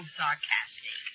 sarcastic